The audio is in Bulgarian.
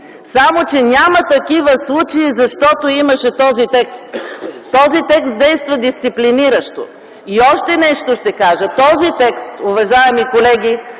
Само че няма такива случаи, защото имаше този текст. Този текст действа дисциплиниращо. Още нещо ще кажа – този текст, уважаеми колеги,